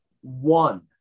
one